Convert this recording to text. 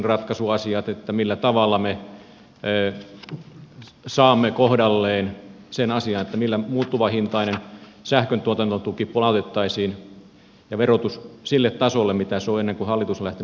millä tavalla me saamme kohdalleen sen asian millä muuttuvahintainen sähkön tuotantotuki ja verotus palautettaisiin sille tasolle mitä se oli ennen kuin hallitus on lähtenyt sitä rukkaamaan